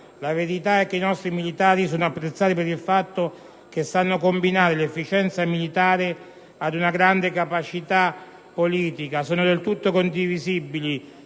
La verità è che i nostri militari sono apprezzati per il fatto che sanno combinare l'efficienza militare con una grande capacità politica. Sono del tutto condivisibili